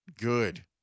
good